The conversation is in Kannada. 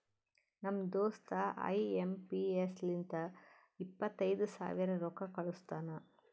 ನಮ್ ದೋಸ್ತ ಐ ಎಂ ಪಿ ಎಸ್ ಲಿಂತ ಇಪ್ಪತೈದು ಸಾವಿರ ರೊಕ್ಕಾ ಕಳುಸ್ತಾನ್